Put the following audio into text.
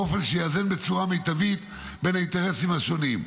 באופן שיאזן בצורה המיטבית בין האינטרסים השונים.